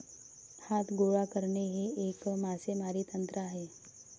हात गोळा करणे हे एक मासेमारी तंत्र आहे